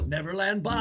Neverland